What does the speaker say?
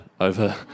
over